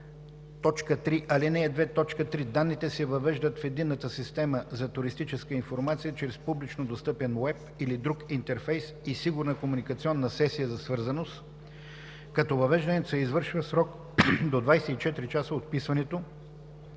така: „3. алинея 2, т. 3 – данните се въвеждат в Единната система за туристическа информация чрез публично достъпен уеб или друг интерфейс и сигурна комуникационна сесия за свързаност, като въвеждането се извършва в срок до 24 часа от вписването